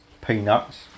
peanuts